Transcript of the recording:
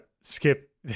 skip